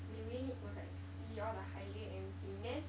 they really need to like see all the hygiene and everything then